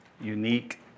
unique